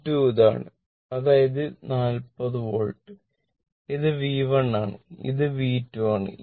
V2 ഇതാണ് അതായത് 40 volt ഇത് V1 ആണ് ഇത് V2 ആണ്